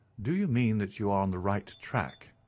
do you mean that you are on the right track?